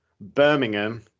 Birmingham